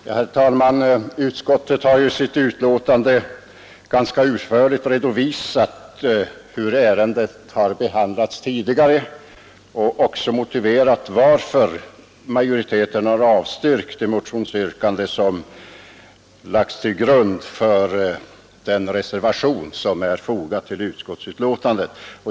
Herr talman! Utskottet har i sitt betänkande ganska utförligt redovisat hur ärendet har behandlats tidigare och också motiverat varför majoriteten har avstyrkt det motionsyrkande som lagts till grund för den reservation som är fogad till betänkandet.